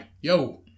yo